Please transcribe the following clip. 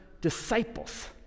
disciples